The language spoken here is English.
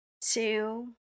two